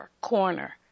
corner